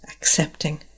accepting